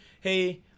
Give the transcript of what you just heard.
hey